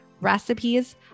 recipes